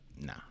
Nah